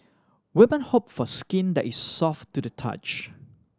woman hope for skin that is soft to the touch